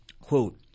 Quote